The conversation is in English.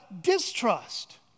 distrust